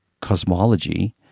cosmology